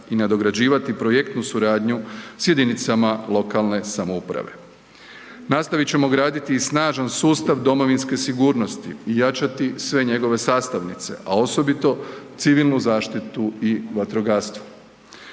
i nadograđivati projektnu suradnju s jedinicama lokalne samouprave. Nastavit ćemo graditi i snažan sustav domovinske sigurnosti i jačati sve njegove sastavnice, a osobito civilnu zaštitu i vatrogastvo.